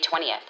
20th